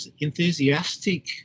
enthusiastic